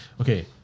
okay